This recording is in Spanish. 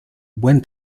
buen